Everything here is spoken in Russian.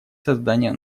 создание